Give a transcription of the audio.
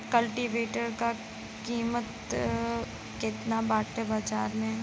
कल्टी वेटर क कीमत केतना बाटे बाजार में?